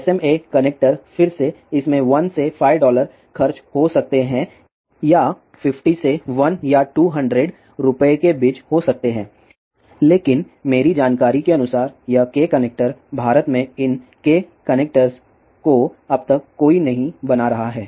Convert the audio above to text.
SMA connector फिर से इसमें 1 से 5 डॉलर खर्च हो सकते हैं या 50 से 1 या 2 हंड्रेड रुपये के बीच हो सकते हैं लेकिन मेरी जानकारी के अनुसार यह K कनेक्टर भारत में इन K कनेक्टर्स को अब तक कोई नहीं बना रहा है